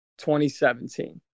2017